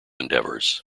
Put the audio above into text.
endeavors